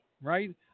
right